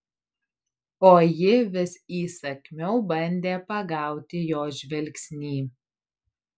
o ji vis įsakmiau bandė pagauti jo žvilgsnį